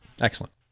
Excellent